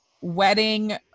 wedding